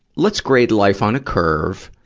let's grade life on a curve.